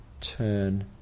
Turn